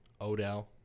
Odell